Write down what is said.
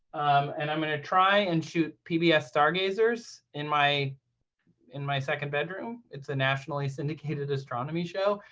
and i'm going to try and shoot pbs star gazers in my in my second bedroom. it's a nationally syndicated astronomy show.